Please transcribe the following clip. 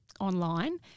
online